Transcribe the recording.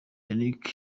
yannick